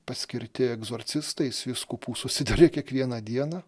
paskirti egzorcistais vyskupų susiduria kiekvieną dieną